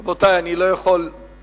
רבותי, אני לא יכול לשנות.